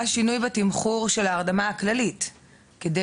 היה שינוי בתמחור של ההרדמה הכללית כדי